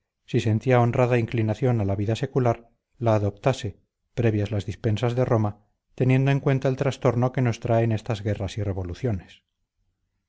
si sentía honrada inclinación a la vida secular la adoptase previas las dispensas de roma teniendo en cuenta el trastorno que nos traen estas guerras y revoluciones